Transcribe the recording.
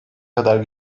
kadar